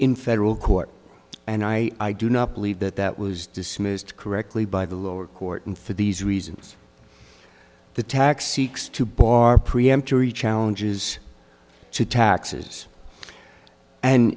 in federal court and i do not believe that that was dismissed correctly by the lower court and for these reasons the tax seeks to bar preemptory challenges to taxes